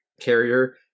carrier